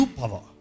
power